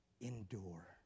endure